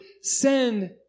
send